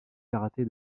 karaté